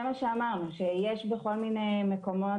זה מה שאמרנו, שיש כללים שונים בכל מיני מקומות,